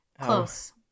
Close